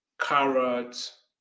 carrots